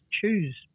choose